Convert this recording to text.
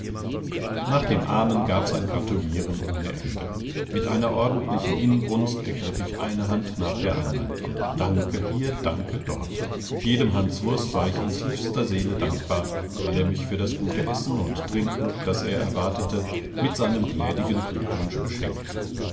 nach dem amen gab's ein gratulieren ohne ende mit einer ordentlichen inbrunst ergriff ich eine hand nach der andern danke hier danke dort jedem hanswurst war ich in tiefster seele dankbar weil er mich für das gute essen und trinken das er erwartete mit seinem gnädigen glückwunsch beschenkte